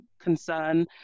concern